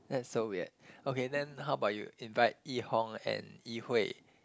that's so weird okay then how about you invite Yi-Hong and Yi-Hui